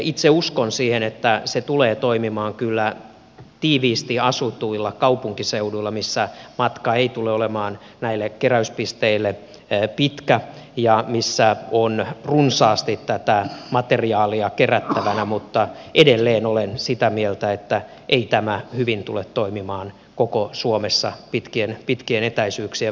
itse uskon siihen että se tulee toimimaan kyllä tiiviisti asutuilla kaupunkiseuduilla missä matka näille keräyspisteille ei tule olemaan pitkä ja missä on runsaasti tätä materiaalia kerättävänä mutta edelleen olen sitä mieltä että ei tämä hyvin tule toimimaan koko suomessa pitkien etäisyyksien maaseudulla